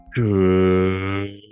Good